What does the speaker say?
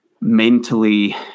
mentally